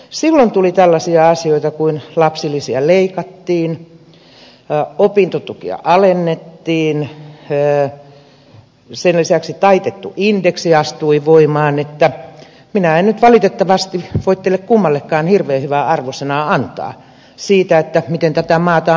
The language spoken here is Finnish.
silloin tuli tällaisia asioita kuin että lapsilisiä leikattiin opintotukea alennettiin sen lisäksi taitettu indeksi astui voimaan niin että minä en nyt valitettavasti voi teille kummallekaan hirveän hyvää arvosanaa antaa siitä miten tätä maata on hoidettu